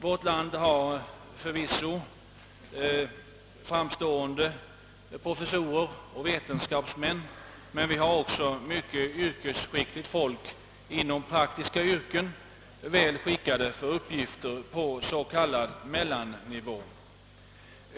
Vårt land har förvisso framstående professorer och vetenskapsmän, men vi har också många yrkesskickliga människor i praktiska värv, väl skickade för uppgifter på s.k. mellannivå.